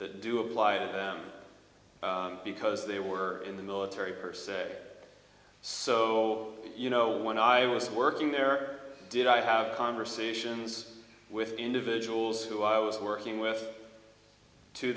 that do apply because they were in the military per se so you know when i was working there did i have conversations with individuals who i was working with to